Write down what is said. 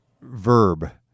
verb